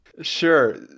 Sure